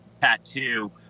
tattoo